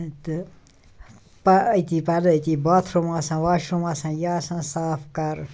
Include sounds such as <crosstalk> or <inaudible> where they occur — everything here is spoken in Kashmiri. تہٕ <unintelligible> أتی پردٕ أتی باتھ روٗم آسان واش روٗم آسان یہِ آسان صاف کَرُن